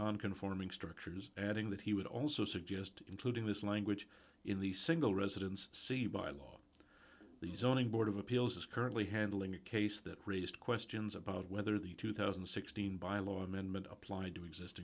non conforming structures adding that he would also suggest including his language in the single residence see by law the zoning board of appeals is currently handling a case that raised questions about whether the two thousand and sixteen by law amendment applied to exist